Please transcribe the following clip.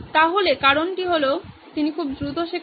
তাহলে কারণটি হল তিনি খুব দ্রুত শেখাচ্ছেন